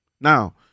Now